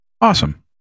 awesome